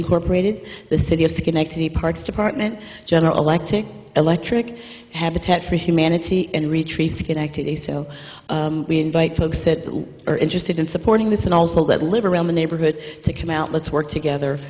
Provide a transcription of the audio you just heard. incorporated the city of the parks department general electric electric habitat for humanity and retreat schenectady so we invite folks that are interested in supporting this and also that live around the neighborhood to come out let's work together